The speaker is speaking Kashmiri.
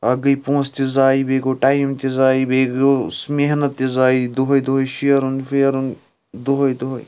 اَکھ گٔے پونٛسہٕ تہِ زایہِ بیٚیہِ گوٚو ٹایِم تہِ زایہِ بیٚیہِ گوٚو سُہ مِحنَت تہِ ضایہِ دۄہَے دۄہَے شیرُن ویرُن دۄہَے دۄہَے